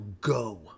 go